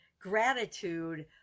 gratitude